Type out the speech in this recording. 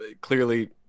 clearly